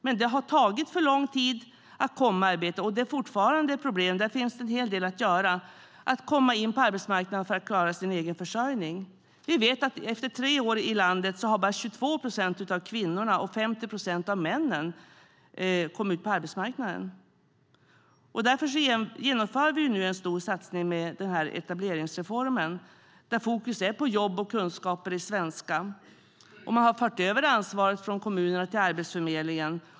Men det har tagit för lång tid att komma i arbete, och det är fortfarande ett problem att komma in på arbetsmarknaden och klara sin egen försörjning. Det finns en hel del att göra. Vi vet att efter tre år i landet har bara 22 procent av kvinnorna och 50 procent av männen kommit ut på arbetsmarknaden. Därför genomför vi nu en stor satsning med etableringsreformen. Fokus är på jobb och kunskaper i svenska. Vi har fört över ansvaret från kommunerna till Arbetsförmedlingen.